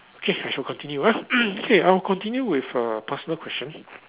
okay I shall continue ah okay I'll continue with uh personal questions